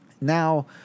Now